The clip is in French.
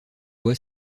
voit